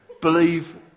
believe